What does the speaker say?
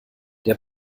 der